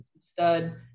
Stud